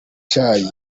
cyayi